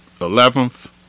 Eleventh